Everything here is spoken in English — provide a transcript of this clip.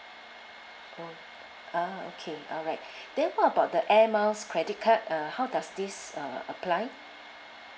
oh ah okay alright then what about the air miles credit card uh how does this uh apply